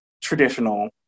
traditional